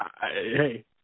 hey